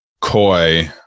coy